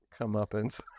comeuppance